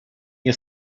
nie